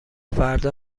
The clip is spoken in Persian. فردا